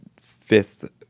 fifth